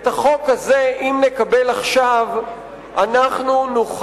אם נקבל עכשיו את החוק